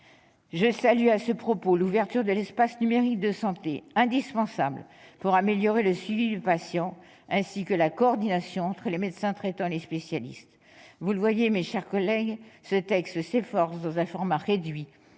Je salue à ce propos l'ouverture de l'espace numérique de santé, indispensable pour améliorer le suivi des patients, ainsi que la coordination entre les médecins traitants et les spécialistes. Vous le voyez, mes chers collègues, ce texte s'efforce, dans un format réduit,